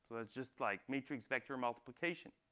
that's just like matrix vector multiplication.